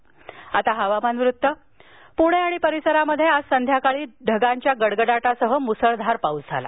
प्णे आणि परिसरात आज संध्याकाळी ढगांच्या गडगडाटासह मुसळधार पाऊस झाला